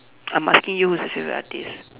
I'm asking you who's your favourite artiste